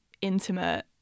intimate